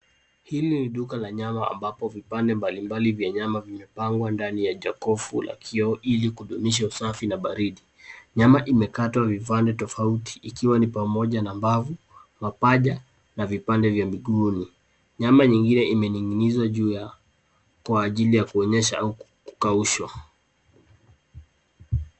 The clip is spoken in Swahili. Hili ni duka la nyama ambapo vipande mbalimbali vya nyama vimepangwa ndani ya jokofu ya kioo ili kudumisha usafi na baridi. Nyama imekatwa vipande tofauti ikiwa ni pamoja na mbavu, mapaja na vipande vya miguuni. Nyama nyingine imenig'inizwa juu kwa ajili ya kuonyesha au kukausha.